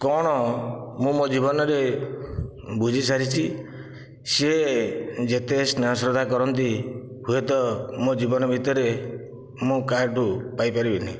କଣ ମୁଁ ମୋ ଜୀବନରେ ବୁଝି ସାରିଛି ସେ ଯେତେ ସ୍ନେହ ଶ୍ରଦ୍ଧା କରନ୍ତି ହୁଏ ତ ମୋ ଜୀବନ ଭିତରେ ମୁଁ କାହାଠୁ ପାଇ ପାରିବି ନାହିଁ